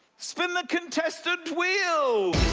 spin the contestant wheel!